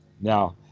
Now